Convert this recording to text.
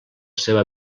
seva